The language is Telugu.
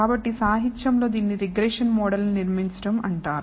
కాబట్టిసాహిత్యంలో దీనిని రిగ్రెషన్ మోడల్ను నిర్మించడం అంటారు